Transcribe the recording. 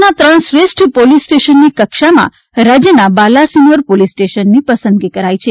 દેશના ત્રણ શ્રેષ્ઠ પોલીસ સ્ટેશનની કક્ષામાં રાજ્યના બાલાસિનોર પોલીસ સ્ટેશનની પસંદગી કરાઈ છે